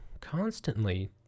constantly